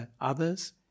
others